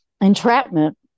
entrapment